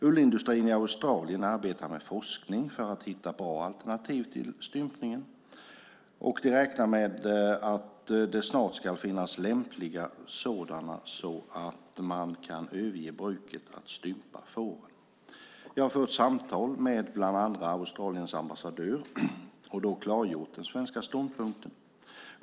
Ullindustrin i Australien arbetar med forskning för att hitta bra alternativ till stympningen, och de räknar med att det snart ska finnas lämpliga sådana så att man kan överge bruket att stympa fåren. Jag har fört samtal med bland andra Australiens ambassadör och då klargjort den svenska ståndpunkten.